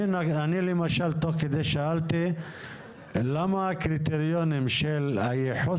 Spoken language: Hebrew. אני למשל תוך כדי שאלתי למה הקריטריונים של הייחוס